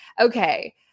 Okay